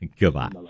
Goodbye